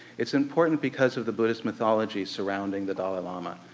it's important because of the buddhist mythology surrounding the dalai lama.